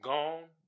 Gone